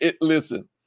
Listen